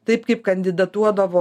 taip kaip kandidatuodavo